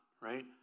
right